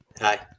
Hi